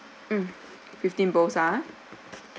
hmm fifteen bowls ah